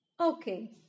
Okay